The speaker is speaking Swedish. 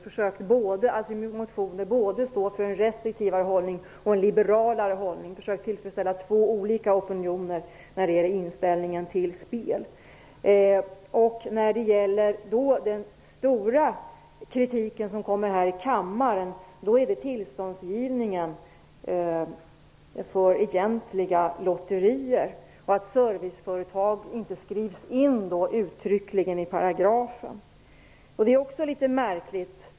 Hon har i sina motioner försökt stå för både en restriktivare hållning och en liberalare hållning; hon har alltså försökt att tillfredsställa två olika opinioner när det gäller inställningen till spel. Den stora kritiken framför Elisabeth Persson här i kammaren, och den gäller då tillståndsgivningen för egentliga lotterier och att serviceföretag inte uttryckligen skrivs in i paragrafen i fråga. Det är också litet märkligt.